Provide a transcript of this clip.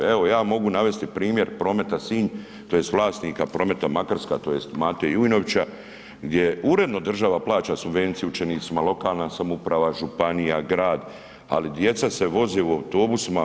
Evo ja mogu navesti primjer Prometa Sinj, tj. vlasnika Prometa Makarska tj. Mate Jujnovića gdje uredno država plaća subvenciju učenicima, lokalna samouprava, županija, grad, ali djeca se voze u autobusima.